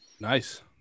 Nice